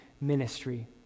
ministry